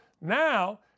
Now